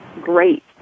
great